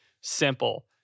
simple